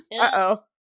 Uh-oh